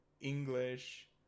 english